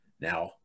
Now